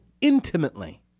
intimately